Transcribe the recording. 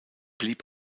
blieb